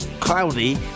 Cloudy